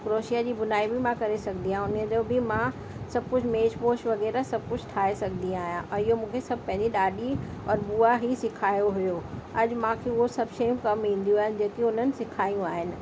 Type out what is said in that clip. crochet जी भुनाई बि मां करे सघंदी आहियां ऊन जो बि मां सभु कुझु मेच पोच वग़ैरह सभु कुझु ठाहे सघंदी आहियां और इहो मूंखे सभु पंहिंजी ॾाॾी और बुआ ई सेखारियो हुयो अॼु मूंखे उहो सभु शयूं कमु ईंदियूं आहिनि जेकी उन्हनि सेखारियूं आहिनि